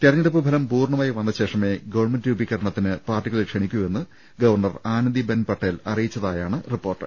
തെരഞ്ഞെടുപ്പുഫലം പൂർണ്ണമായി വന്നശേഷമേ ഗവൺമെന്റ് രൂപീകരണത്തിന് പാർട്ടികളെ ക്ഷണിക്കൂവെന്ന് ഗവർണർ ആനന്ദി ബെൻ പട്ടേൽ അറിയിച്ചതായാണ് റിപ്പോർട്ട്